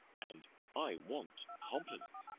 and i want compliment.